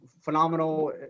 Phenomenal